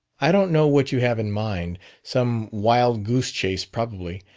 i don't know what you have in mind some wild goose chase, probably.